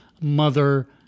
mother